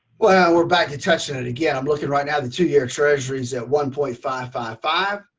well we're back to touching it again. i'm looking right now the two-year treasuries at one point five five five,